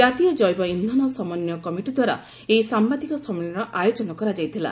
ଜାତୀୟ ଜୈବ ଇନ୍ଧନ ସମନ୍ୱୟ କମିଟି ଦ୍ୱାରା ଏହି ସାମ୍ଘାଦିକ ସମ୍ମିଳନୀର ଆୟୋଜନ କରାଯାଇଥିଲା